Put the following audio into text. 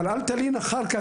אבל אל תלין אחר כך,